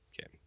Okay